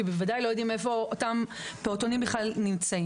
כי בוודאי לא יודעים איפה אותם פעוטונים נמצאים.